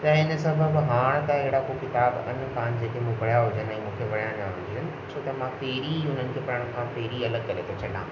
त हिन सबबु हाणे त अहिड़ा को किताब आहिनि कोन जेके मूं पढ़िया हुजनि ऐं मूंखे वणिया न हुजनि छो त मां पहिरीं हुननि खे पढ़ण खां पहिरीं अलॻि करे थो छॾां